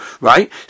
right